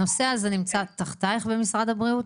הנושא הזה נמצא תחתייך במשרד הבריאות?